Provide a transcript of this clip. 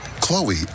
chloe